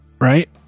right